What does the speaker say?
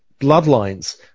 bloodlines